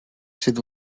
sydd